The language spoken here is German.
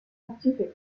pazifik